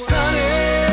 Sunny